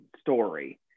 story